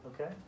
Okay